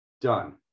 done